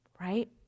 right